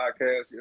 Podcast